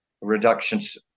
reductions